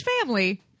family